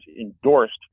endorsed